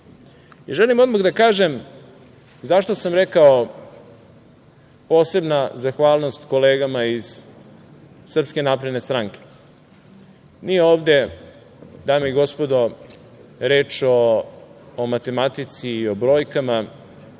Srbije. Želim odmah da kažem zašto sam rekao posebna zahvalnost kolegama iz Srpske napredne stranke. Nije ovde, dame i gospodo, reč o matematici i brojkama